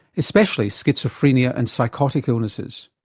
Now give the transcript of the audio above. especially schizophrenia and psychotic illnesses.